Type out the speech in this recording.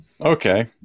okay